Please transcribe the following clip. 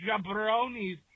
jabronis